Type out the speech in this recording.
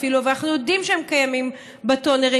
אבל אנחנו יודעים שהם קיימים בטונרים.